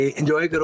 enjoy